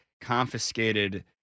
confiscated